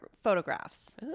photographs